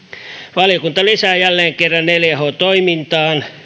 valiokunta lisää jälleen kerran neljä h toimintaan